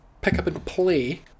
pick-up-and-play